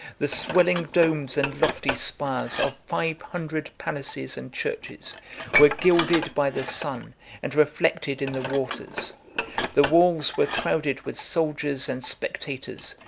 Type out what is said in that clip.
the swelling domes and lofty spires of five hundred palaces and churches were gilded by the sun and reflected in the waters the walls were crowded with soldiers and spectators,